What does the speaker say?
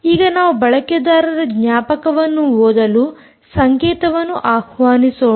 ಈಗ ನಾವು ಬಳಕೆದಾರರ ಜ್ಞಾಪಕವನ್ನು ಓದಲು ಸಂಕೇತವನ್ನು ಆಹ್ವಾನಿಸೋಣ